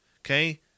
okay